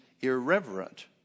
irreverent